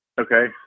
Okay